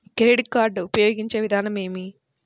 Credit card ఉపయోగించే విధానం ఏమి?